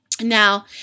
Now